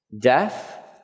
Death